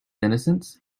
innocence